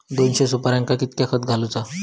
दोनशे सुपार्यांका कितक्या खत घालूचा?